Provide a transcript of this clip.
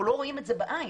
אנחנו לא רואים אותו בעין,